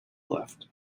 left